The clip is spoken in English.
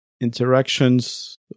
interactions